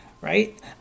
right